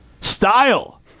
Style